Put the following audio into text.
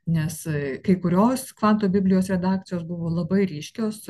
nes kai kurios kvanto biblijos redakcijos buvo labai ryškios